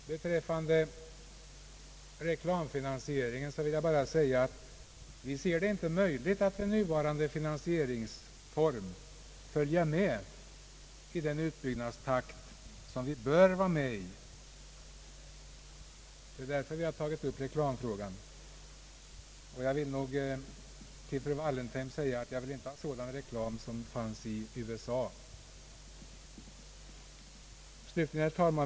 När det gäller reklamfinansiering säger vi att det inte är möjligt att med nuvarande finansieringsform följa med i den utbyggnadstakt som vi bör. Det är därför vi tagit upp reklamfrågan. Till fru Wallentheim vill jag säga att jag vill inte ha sådan reklam som finns i de amerikanska TV-programmen.